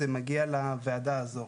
זה מגיע לוועדה הזו,